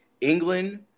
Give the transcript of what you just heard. England